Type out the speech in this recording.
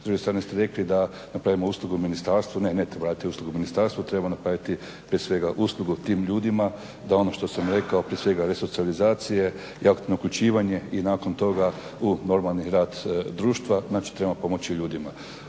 S druge strane ste rekli da napravimo uslugu ministarstvu, ne ne treba raditi uslugu ministarstvu, treba napraviti prije svega uslugu tim ljudima da ono što sam rekao prije svega resocijalizacije i aktivno uključivanje i nakon toga u normalni rad društva, znači treba pomoći ljudima.